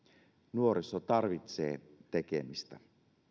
nuoriso tarvitsee tekemistä